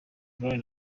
brown